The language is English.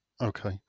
Okay